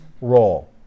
role